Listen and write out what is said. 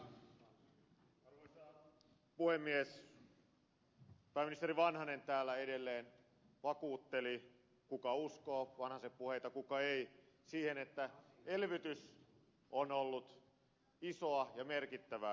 pääministeri vanhanen täällä edelleen vakuutteli kuka uskoo vanhasen puheita kuka ei että elvytys on ollut isoa ja merkittävää